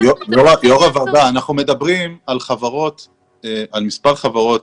יושבת ראש הוועדה, אנחנו מדברים על מספר חברות